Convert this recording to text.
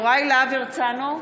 בעד יוראי להב הרצנו,